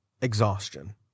exhaustion